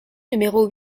numéro